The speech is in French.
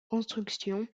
construction